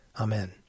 Amen